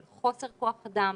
של חוסר כוח אדם,